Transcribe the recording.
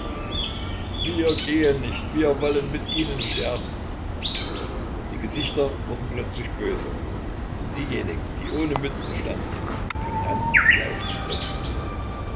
wir gehen nicht wir wollen mit ihnen sterben die gesichter wurden plötzlich böse und diejenigen die ohne mützen standen fingen an sie aufzusetzen